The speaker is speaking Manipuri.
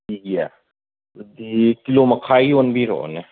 ꯏꯗꯤꯌꯦ ꯑꯗꯨꯗꯤ ꯀꯤꯂꯣ ꯃꯈꯥꯏꯒꯤ ꯑꯣꯟꯕꯤꯔꯛꯑꯣꯅꯦ